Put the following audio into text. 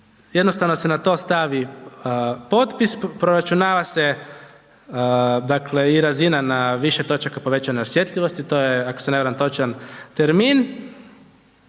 jednostavno se na to stavi potpis, proračunava se i razina na više točaka povećane osjetljivosti, to je, ako se ne varam točan termin.